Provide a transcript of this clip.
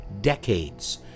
decades